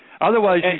Otherwise